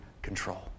Control